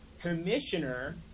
commissioner